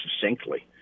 succinctly